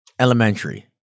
elementary